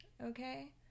okay